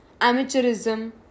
amateurism